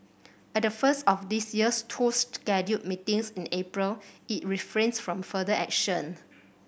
at the first of this year's two scheduled meetings in April it refrained from further action